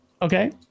Okay